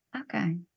Okay